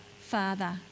father